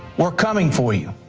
we're coming for you.